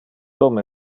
tom